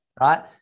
Right